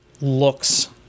looks